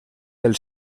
pel